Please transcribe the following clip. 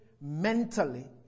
mentally